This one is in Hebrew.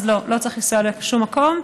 אז לא, לא צריך לנסוע לשום מקום.